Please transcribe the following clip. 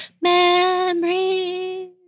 memories